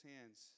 hands